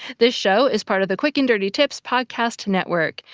this show is part of the quick and dirty tips podcast network,